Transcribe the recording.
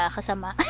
Kasama